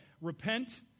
repent